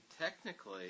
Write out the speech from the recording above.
technically